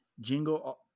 Jingle